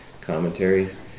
commentaries